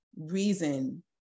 reason